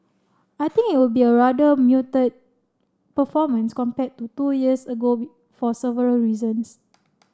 I think it will be a rather muted performance compared to two years ago for several reasons